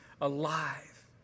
alive